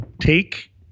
take